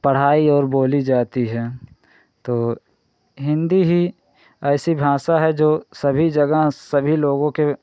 पढ़ाई और बोली जाती है तो हिन्दी ही ऐसी भाषा है जो सभी जगह सभी लोगों के